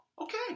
okay